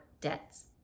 debts